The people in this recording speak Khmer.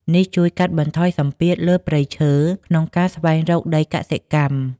នេះជួយកាត់បន្ថយសម្ពាធលើព្រៃឈើក្នុងការស្វែងរកដីកសិកម្ម។